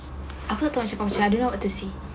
aku rasa itu macam ada orang ought to see